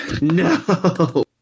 No